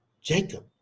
Jacob